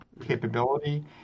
capability